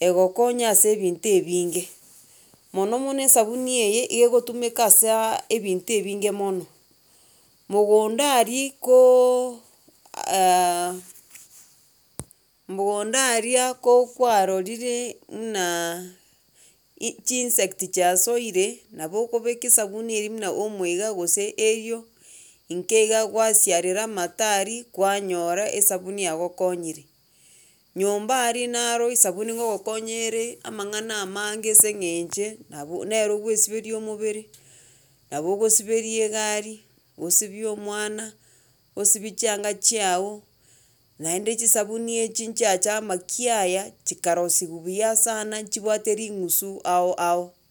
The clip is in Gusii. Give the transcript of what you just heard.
egokonya ase ebinto ebinge. Mono mono esabuni eye igegotumeka asaaa ebinto ebinge mono, mogondo aria kooo mogondo aria ko kwarorire munaaaa i chiinsect chiasoire nabo okobeka esabuni eria muna omo iga gose ariel, inke iga gwasiarera amato aria kwanyora esabuni yagokonyire. Nyomba aria naro esabuni ngogokonyere amang'ana amange ase eng'enche nabu nere ogoesiberia omobere, nabo ogosiberia egari, osibie omwana, osibie chianga chiago, naende chisabuni echi nchiacha amaki aya chikarosiwa buya sana nchibwate ring'usu ao ao.